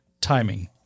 timing